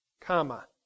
comma